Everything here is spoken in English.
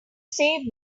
save